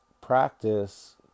practice